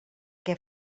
que